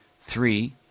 Three